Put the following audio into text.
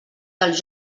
dels